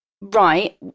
right